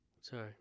Sorry